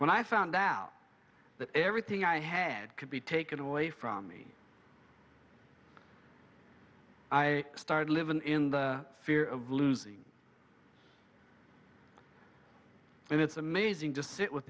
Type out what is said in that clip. when i found out that everything i had could be taken away from me i started livin in the fear of losing and it's amazing just sit with